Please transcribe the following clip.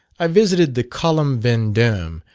i visited the column vendome,